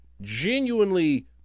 genuinely